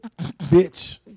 Bitch